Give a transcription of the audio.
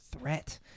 threat